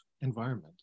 environment